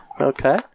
Okay